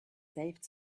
saved